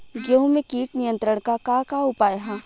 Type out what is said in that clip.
गेहूँ में कीट नियंत्रण क का का उपाय ह?